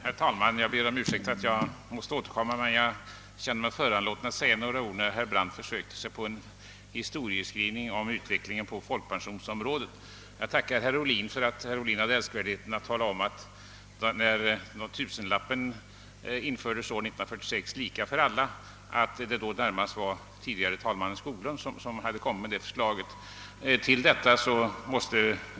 Herr talman! Jag ber om ursäkt för att jag återkommer, men jag kände mig föranlåten att säga några ord när herr Brandt försökte sig på en historieskrivning om utvecklingen på folkpensionsområdet. Jag tackar herr Ohlin för att han hade älskvärdheten tala om, att det närmast var herr Skoglund i Doverstorp som förde fram förslaget om tusenkronorspensionen, lika för alla, vilken infördes år 1946.